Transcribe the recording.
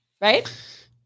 right